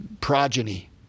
progeny